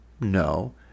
no